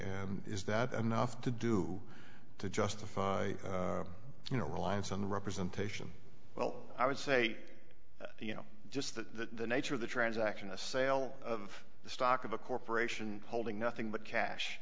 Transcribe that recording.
and is that enough to do to justify you know reliance on representation well i would say you know just the nature of the transaction a sale of the stock of a corporation holding nothing but cash